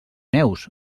neus